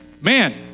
man